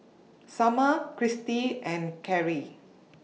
Sumner Cristy and Karrie